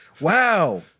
wow